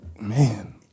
man